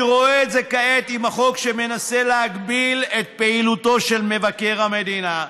אני רואה את זה כעת עם החוק שמנסה להגביל את פעילותו של מבקר המדינה,